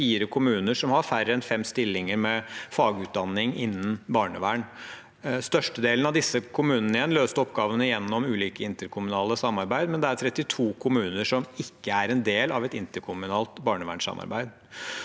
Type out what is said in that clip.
det 154 kommuner med færre enn fem stillinger med fagutdanning innen barnevern. Størstedelen av disse kommunene løste oppgavene gjennom ulike interkommunale samarbeid, men det er 32 kommuner som ikke er en del av et interkommunalt barnevernssamarbeid.